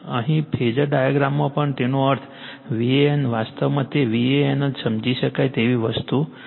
અહીં ફેઝર ડાયાગ્રામમાં પણ તેનો અર્થ VAN વાસ્તવમાં તે VAN જ સમજી શકાય તેવી વસ્તુ છે